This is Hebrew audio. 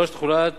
3. תחולת